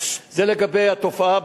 זה לגבי התופעה,